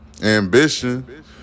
ambition